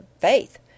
faith